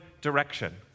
direction